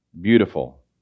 beautiful